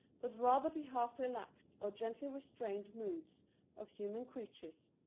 but rather the half relaxed or gently restrained moods of human creatures.